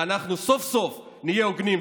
ואנחנו סוף-סוף נהיה הוגנים,